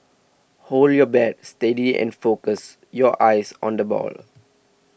hold your bat steady and focus your eyes on the ball